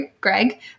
Greg